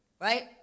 Right